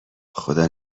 خدا